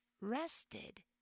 rested